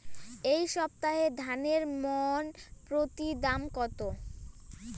এই সপ্তাহে ধানের মন প্রতি দাম কত?